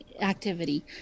activity